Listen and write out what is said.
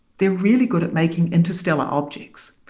they're really good at making interstellar objects.